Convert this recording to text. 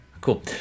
Cool